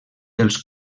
dels